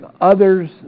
others